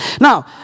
Now